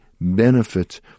benefit